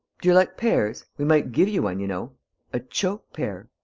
do you like pears? we might give you one, you know a choke-pear.